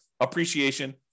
appreciation